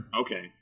Okay